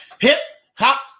Hip-hop